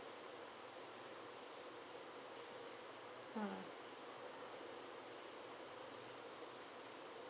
mm